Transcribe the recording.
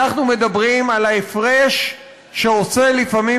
אנחנו מדברים על ההפרש שעושה לפעמים